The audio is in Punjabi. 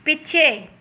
ਪਿੱਛੇ